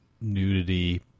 nudity